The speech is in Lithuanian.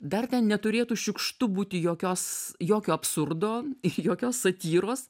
dar ten neturėtų šiukštu būti jokios jokio absurdo iš jokios satyros